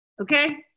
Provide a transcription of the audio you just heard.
Okay